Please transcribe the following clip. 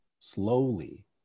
slowly